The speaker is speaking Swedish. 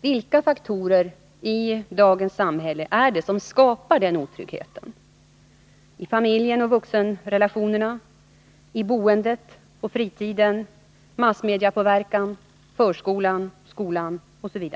Vilka faktorer i dagens samhälle skapar barnens otrygghet — i familjen och vuxenrelationerna, i boendet, på fritiden, genom massmediepåverkan, i förskolan, i skolan, osv.?